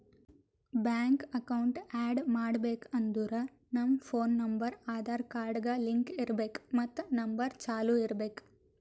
bank account add ಮಾಡ್ಬೇಕ್ ಅಂದುರ್ ನಮ್ ಫೋನ್ ನಂಬರ್ ಆಧಾರ್ ಕಾರ್ಡ್ಗ್ ಲಿಂಕ್ ಇರ್ಬೇಕ್ ಮತ್ ನಂಬರ್ ಚಾಲೂ ಇರ್ಬೇಕ್